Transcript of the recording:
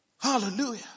Hallelujah